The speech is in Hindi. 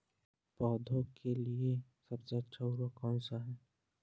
पौधे के लिए सबसे अच्छा उर्वरक कौन सा होता है?